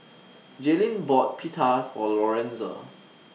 Jayleen bought Pita For Lorenza